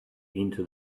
into